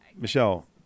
Michelle